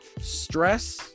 Stress